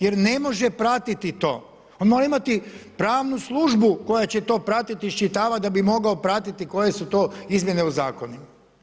Jer ne može pratiti to, on mora imati pravnu službu koja će to pratiti, iščitavati da bi mogao pratiti koje su to izmjene u zakonima.